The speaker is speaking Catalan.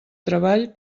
treball